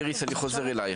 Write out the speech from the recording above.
איריס, אני חוזר אליך.